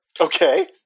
Okay